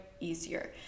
easier